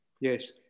Yes